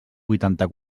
vuitanta